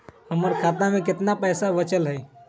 हमर खाता में केतना पैसा बचल हई?